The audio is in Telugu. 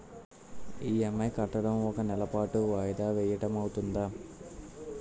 ఇ.ఎం.ఐ కట్టడం ఒక నెల పాటు వాయిదా వేయటం అవ్తుందా?